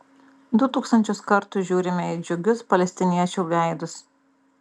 du tūkstančius kartų žiūrime į džiugius palestiniečių veidus